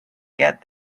get